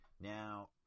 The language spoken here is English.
Now